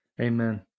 Amen